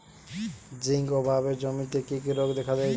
Zinc অভাবে জমিতে কি কি রোগ দেখাদেয়?